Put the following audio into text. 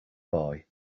boy